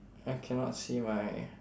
I cannot see my